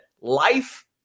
life